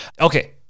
Okay